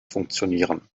funktionieren